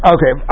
Okay